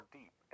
deep